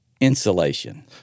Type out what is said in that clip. Insulation